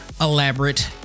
elaborate